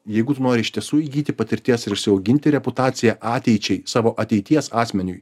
jeigu tu nori iš tiesų įgyti patirties ir išsiauginti reputaciją ateičiai savo ateities asmeniui